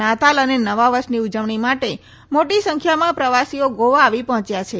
નાતાલ અને નવા વર્ષની ઉજવણી માટે મોટી સંખ્યામાં પ્રવાસીઓ ગોવા આવી પહોંચ્યા છે